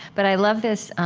but i love this